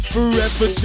Forever